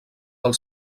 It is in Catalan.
del